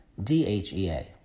DHEA